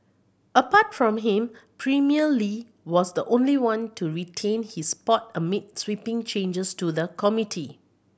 apart from him Premier Li was the only one to retain his spot amid sweeping changes to the committee